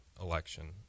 election